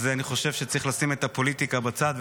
אז אני חושב שצריך לשים את הפוליטיקה בצד,